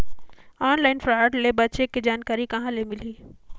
Online fraud ले बचे के जानकारी कहां ले मिलही?